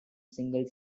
single